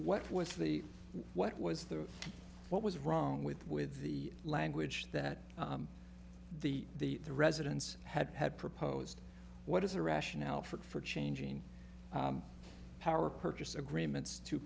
what was the what was the what was wrong with with the language that the the the residents had had proposed what is the rationale for changing power purchase agreements to